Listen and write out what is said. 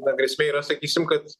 na grėsmė yra sakysim kad